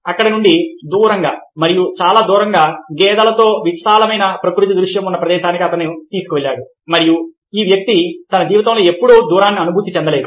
అక్కడ నుండి దూరంగా మరియు చాలా దూరంలో గేదెలతో విశాలమైన ప్రకృతి దృశ్యం ఉన్న ప్రదేశానికి అతన్ని తీసుకువెళ్లాడు మరియు ఈ వ్యక్తి తన జీవితంలో ఎప్పుడూ దూరాన్ని అనుభూతి చెందలేదు